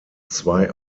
zwei